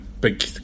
big